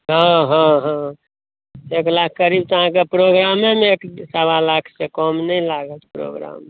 हँ हँ हँ एक लाख करीब तऽ अहाँके प्रोग्रामेमे एक सवा लाख से कम नहि लागत प्रोग्राम